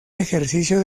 ejercicio